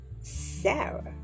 Sarah